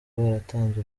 baratanze